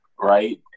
right